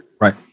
Right